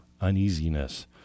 uneasiness